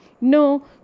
No